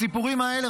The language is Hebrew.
הסיפורים האלה,